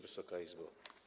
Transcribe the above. Wysoka Izbo!